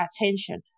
attention